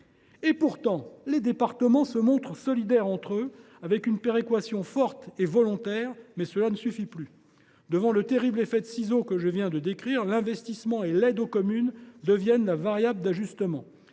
Pourtant, les départements se montrent solidaires entre eux, avec une péréquation forte et volontaire ; mais cela ne suffit plus. Devant le terrible effet de ciseaux que je viens de décrire, l’investissement et l’aide aux communes deviennent la variable d’ajustement.